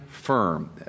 firm